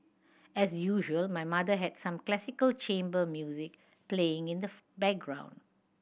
as usual my mother had some classical chamber music playing in the background